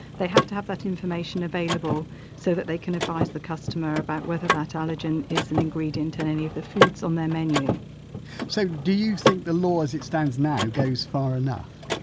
they have to have that information available so that they can advise the customer about whether that allergen is an ingredient in any of the foods on their menu so, do you think the law, as it stands now, goes far enough?